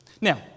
Now